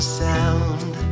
sound